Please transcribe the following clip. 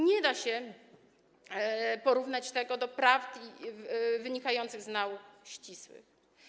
Nie da się porównać tego do prawd wynikających z nauk ścisłych.